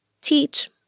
teach